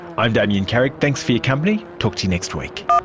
i'm damien carrick, thanks for your company, talk to you next week